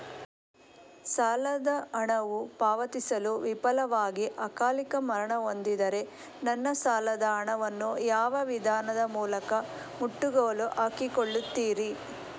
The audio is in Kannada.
ಸಾಲದ ಹಣವು ಪಾವತಿಸಲು ವಿಫಲವಾಗಿ ಅಕಾಲಿಕ ಮರಣ ಹೊಂದಿದ್ದರೆ ನನ್ನ ಸಾಲದ ಹಣವನ್ನು ಯಾವ ವಿಧಾನದ ಮೂಲಕ ಮುಟ್ಟುಗೋಲು ಹಾಕಿಕೊಳ್ಳುತೀರಿ?